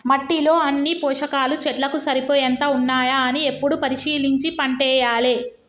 మట్టిలో అన్ని పోషకాలు చెట్లకు సరిపోయేంత ఉన్నాయా అని ఎప్పుడు పరిశీలించి పంటేయాలే